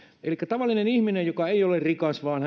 elikkä tavallista ihmistä joka ei ole rikas vaan